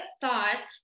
thought